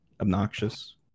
obnoxious